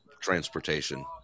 transportation